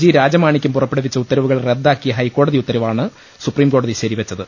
G Rajamanickam പുറപ്പെടുവിച്ച ഉത്തരവുകൾ റദ്ദാക്കിയ ഹൈക്കോടതി ഉത്തരവാണ് സുപ്രീംകോടതി ശരിവെച്ചത്